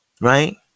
Right